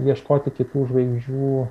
ieškoti kitų žvaigždžių